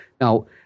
Now